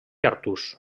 artús